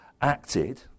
acted